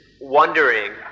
wondering